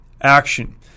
action